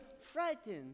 frightened